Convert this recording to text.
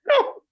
No